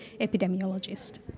epidemiologist